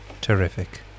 Terrific